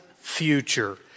future